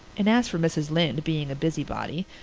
and as for mrs. lynde being a busybody,